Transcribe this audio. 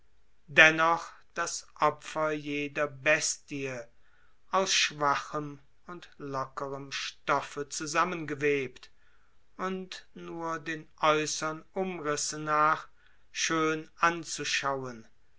geübt das opfer jeder bestie aus schwachem und lockerem stoffe zusammengewebt und den äußern umrissen nach schön anzuschauen